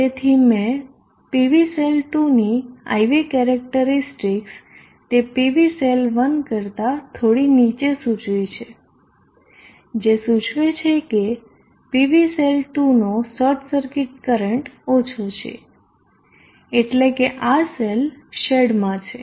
તેથી મેં PV cell 2ની IV કેરેક્ટરીસ્ટિકસ તે PV સેલ 1 કરતા થોડી નીચે સૂચવી છે જે સૂચવે છે કે PV સેલ 2નો શોર્ટ સર્કિટ કરંટ ઓછો છે એટલે કે આ સેલ શેડમાં છે